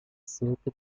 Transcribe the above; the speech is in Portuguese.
cerca